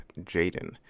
Jaden